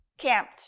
Camped